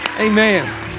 amen